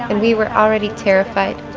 and we were already terrified.